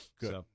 Good